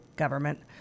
government